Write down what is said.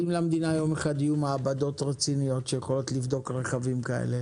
אם למדינה יום אחד יהיו מעבדות רציניות שיכולות לבדוק רכבים כאלה